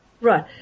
right